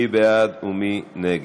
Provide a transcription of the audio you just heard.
מי בעד ומי נגד?